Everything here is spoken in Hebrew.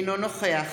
אינו נוכח